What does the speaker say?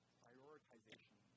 prioritization